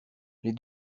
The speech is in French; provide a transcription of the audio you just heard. les